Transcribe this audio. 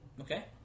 Okay